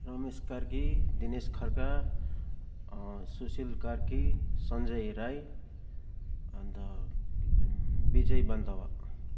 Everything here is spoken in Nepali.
रमेश कार्की दिनेश खड्का सुसिल कार्की सञ्जय राई अन्त विजय बान्तावा